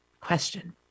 question